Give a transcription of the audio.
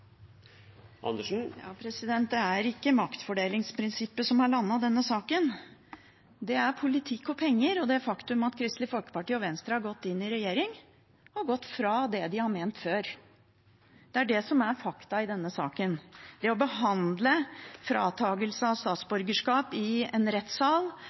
Det er ikke maktfordelingsprinsippet som har landet denne saken. Det er politikk og penger og det faktum at Kristelig Folkeparti og Venstre har gått inn i regjering og gått fra det de har ment før. Det er det som er fakta i denne saken. Det å behandle fratakelse av statsborgerskap i en rettssal